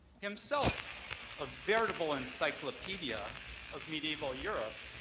himself a veritable encyclopedia of medieval europe,